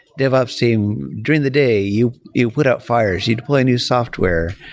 dev ops team during the day, you you put out fires. you deploy a new software.